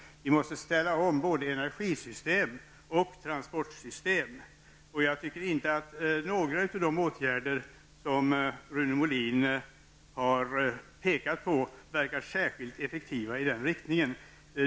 Vi måste ställa om både energisystem och transportsystem, och jag tycker inte att några av de åtgärder som Rune Molin har pekat på verkar särskilt effektiva i det avseendet.